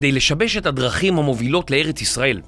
כדי לשבש את הדרכים המובילות לארץ ישראל.